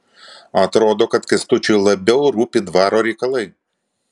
atrodo kad kęstučiui labiau rūpi dvaro reikalai